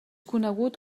conegut